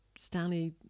Stanley